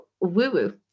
woo-woo